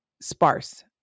sparse